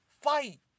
Fight